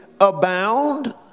abound